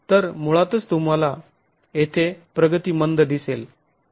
तर मुळातच तुम्हाला येथे प्रगती मंद दिसेल